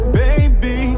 baby